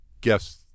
guess